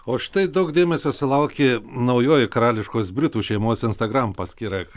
o štai daug dėmesio sulaukė naujoji karališkos britų šeimos instagram paskyra